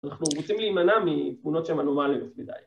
‫אנחנו רוצים להימנע ‫מתכונות של מנומליות מדי.